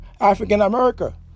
African-America